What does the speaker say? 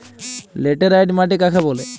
Laterite মাটি কাকে বলে?